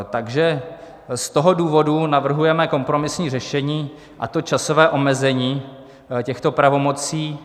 Z toho důvodu navrhujeme kompromisní řešení, a to časové omezení těchto pravomocí.